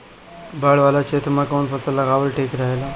बाढ़ वाला क्षेत्र में कउन फसल लगावल ठिक रहेला?